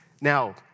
Now